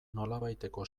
nolabaiteko